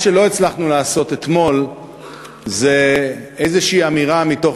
מה שלא הצלחנו לעשות אתמול זה איזושהי אמירה מתוך